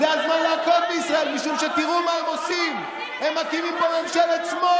אבל הם עושים את זה,